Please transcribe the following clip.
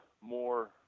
more